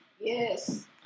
Yes